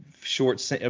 short